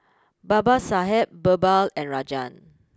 Babasaheb Birbal and Rajan